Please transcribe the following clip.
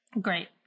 Great